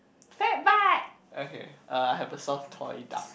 fat butt okay uh I have a soft toy duck